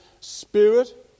Spirit